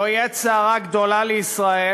זו עת סערה גדולה לישראל.